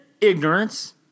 ignorance